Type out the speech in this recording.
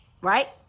Right